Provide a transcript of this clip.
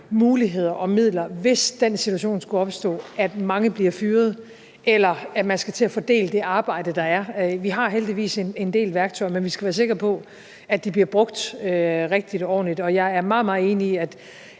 muligheder og midler, hvis den situation skulle opstå, at mange bliver fyret eller man skal til at fordele det arbejde, der er. Vi har heldigvis en del værktøjer, men vi skal være sikre på, at de bliver brugt rigtigt og ordentligt, og jeg er meget, meget enig i –